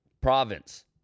province